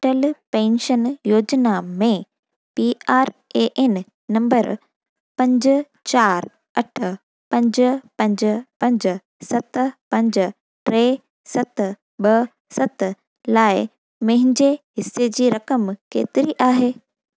Atal pension योजना में P R A N number पंज चार अठ पंज पंज पंज सत पंज टे सत ॿ सत लाइ मुंहिंजे हिसे जी रक़म केतिरी आहे